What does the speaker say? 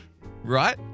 Right